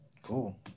cool